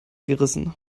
gerissen